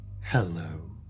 Hello